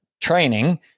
training